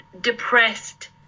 depressed